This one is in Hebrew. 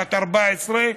בת 14,